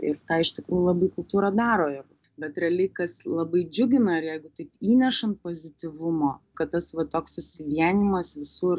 ir tą iš tikrųjų labai kultūra daro ir bet realiai kas labai džiugina ir jeigu taip įnešant pozityvumo kad tas va toks susivienijimas visur